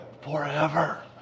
Forever